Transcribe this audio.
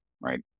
Right